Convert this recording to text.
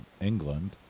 England